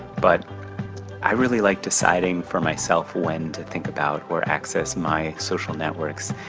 but i really liked deciding for myself when to think about or access my social networks,